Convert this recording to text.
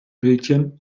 bildchen